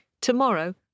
tomorrow